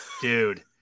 dude